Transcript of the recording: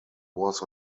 was